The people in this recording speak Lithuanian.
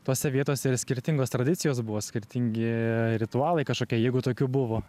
tose vietose ir skirtingos tradicijos buvo skirtingi ritualai kažkokie jeigu tokių buvo